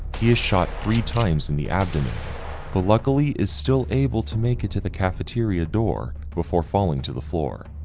he is shot three times in the abdomen but luckily is still able to make it to the cafeteria door before falling to the floor.